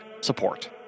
support